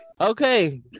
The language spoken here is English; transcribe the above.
Okay